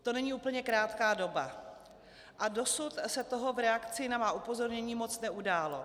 To není úplně krátká doba a dosud se toho v reakci na má upozornění moc neudálo.